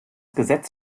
gesetz